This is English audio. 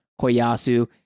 Koyasu